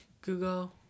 Google